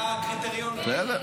מה שלא ביבי זה שמאל?